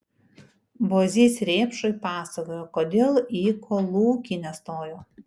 bozys rėpšui pasakojo kodėl į kolūkį nestojo